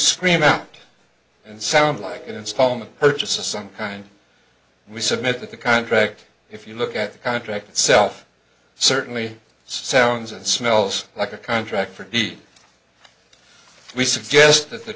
scream out and sound like an installment purchase of some kind we submit that the contract if you look at the contract itself certainly sounds and smells like a contract for deep we suggest that the